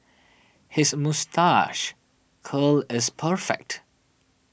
his moustache curl is perfect